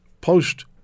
post